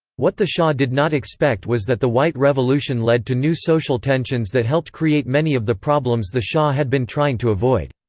what the shah did not expect was that the white revolution led to new social tensions that helped create many of the problems the shah had been trying to avoid.